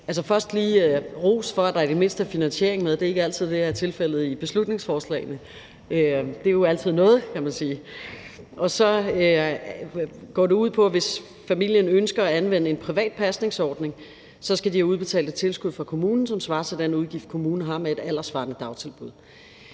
lige give ros for, at der i det mindste er finansiering med. Det er ikke altid, det er tilfældet i beslutningsforslagene. Det er jo altid noget, kan man sige. For det andet går det ud på, at hvis familien ønsker at anvende en privat pasningsordning, skal de have udbetalt et tilskud fra kommunen, som svarer til den udgift, kommunen har til et alderssvarende dagtilbud.